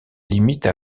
limite